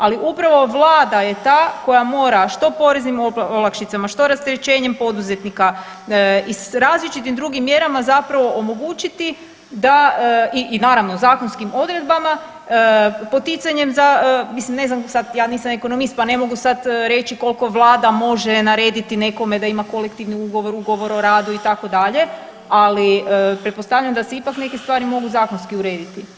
Ali upravo vlada je ta koja mora što poreznim olakšicama, što rasterećenjem poduzetnika i različitim drugim mjerama zapravo omogućiti da, i naravno zakonskim odredbama poticanjem za, mislim ne znam sad ja nisam ekonomist pa ne mogu sad reći koliko vlada može narediti nekome da ima kolektivni ugovor, ugovor o radu itd., ali pretpostavljam da se ipak neke stvari mogu zakonski urediti.